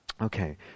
Okay